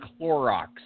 Clorox